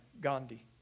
Gandhi